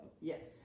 Yes